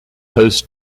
host